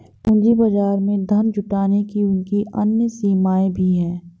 पूंजी बाजार में धन जुटाने की उनकी अन्य सीमाएँ भी हैं